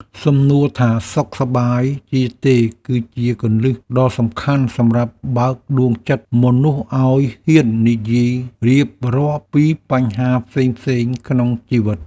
សំណួរថាសុខសប្បាយជាទេគឺជាគន្លឹះដ៏សំខាន់សម្រាប់បើកដួងចិត្តមនុស្សឱ្យហ៊ាននិយាយរៀបរាប់ពីបញ្ហាផ្សេងៗក្នុងជីវិត។